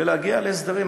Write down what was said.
ולהגיע להסדרים.